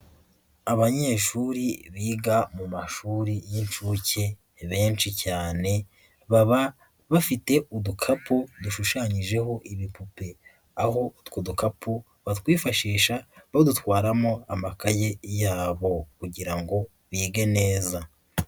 Abanyeshuri biga mu mashuri y'inshuke benshi cyane, baba bafite udukapu dushushanyijeho ibipupe, aho utwo dukapu batwifashisha badutwaramo amakaye yabo kugira ngo bige neza.